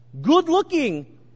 good-looking